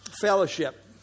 Fellowship